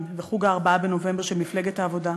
ו"חוג ה-4 בנובמבר" של מפלגת העבודה,